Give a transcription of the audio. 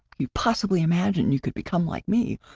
you possibly imagine you could become like me?